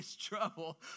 trouble